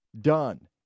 Done